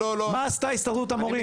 מה עשתה הסתדרות המורים?